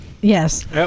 Yes